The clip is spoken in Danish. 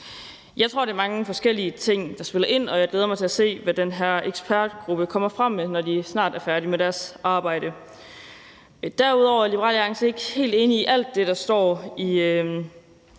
Jeg tror, at det er mange forskellige ting, der spiller ind, og jeg glæder mig til at se, hvad den her ekspertgruppe kommer med, når de snart er færdige med deres arbejde. Derudover er Liberal Alliance ikke helt enige i alt det, der står i